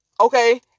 okay